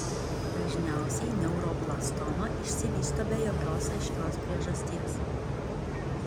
dažniausiai neuroblastoma išsivysto be jokios aiškios priežasties